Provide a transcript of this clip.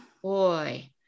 Boy